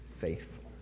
faithful